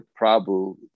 Prabhu